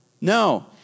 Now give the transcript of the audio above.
No